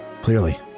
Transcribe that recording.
Clearly